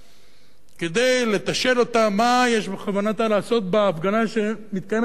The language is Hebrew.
כדי לתשאל אותה מה יש בכוונתה לעשות בהפגנה שמתקיימת למחרת.